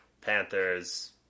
Panthers